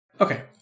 Okay